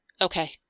Okay